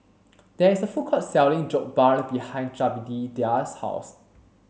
there is a food court selling Jokbal behind Jedediah's house